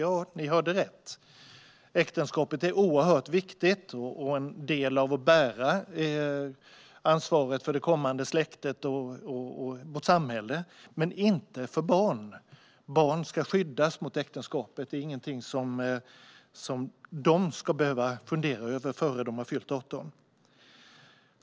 Ja, ni hörde rätt. Äktenskapet är oerhört viktigt och en del av att bära ansvaret för det kommande släktet och vårt samhälle - men inte för barn. Barn ska skyddas mot äktenskapet. Det är ingenting som de ska behöva fundera över innan de har fyllt 18 år.